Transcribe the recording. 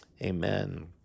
Amen